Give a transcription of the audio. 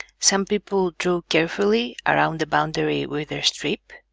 some people draw carefully around the boundary with their strip,